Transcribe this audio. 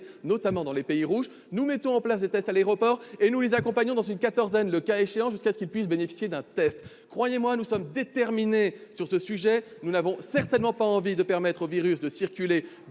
nous mettons à leur disposition des tests à l'aéroport et nous les accompagnons dans une quatorzaine, le cas échéant, jusqu'à ce qu'ils puissent bénéficier d'un test. Croyez-moi, nous sommes déterminés sur ce sujet. Nous n'avons absolument aucune envie de permettre au virus de circuler,